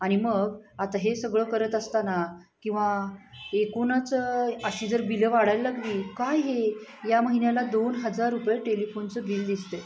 आणि मग आता हे सगळं करत असताना किंवा एकूणच अशी जर बिलं वाढायला लागली काय हे या महिन्याला दोन हजार रुपये टेलिफोनचं बिल दिसत आहे